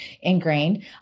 ingrained